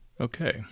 Okay